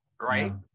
Right